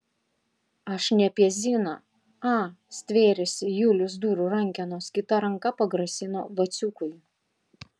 aš ne apie ziną a stvėrėsi julius durų rankenos kita ranka pagrasino vaciukui